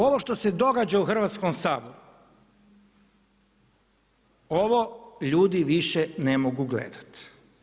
Ovo što se događa u Hrvatskom saboru, ovo ljudi više ne mogu gledati.